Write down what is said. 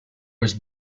was